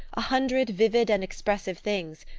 a hundred vivid and expressive things,